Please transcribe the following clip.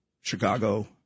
Chicago